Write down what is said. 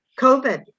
COVID